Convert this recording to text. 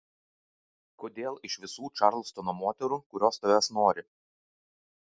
kodėl iš visų čarlstono moterų kurios tavęs nori